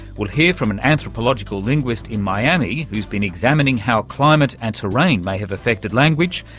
we'll hear from an anthropological linguist in miami who's been examining how climate and terrain may have affected language.